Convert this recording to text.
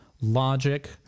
logic